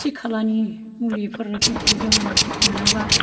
खाथि खालानि मुलिफोरखौ जोङो मोनाबा